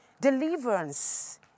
deliverance